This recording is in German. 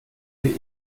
die